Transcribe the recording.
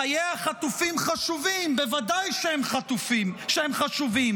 חיי החטופים חשובים, בוודאי שהם חשובים,